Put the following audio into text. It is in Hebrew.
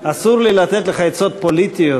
אסור לי לתת לך עצות פוליטיות,